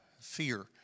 Fear